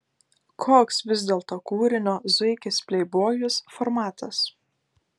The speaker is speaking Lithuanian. koks vis dėlto kūrinio zuikis pleibojus formatas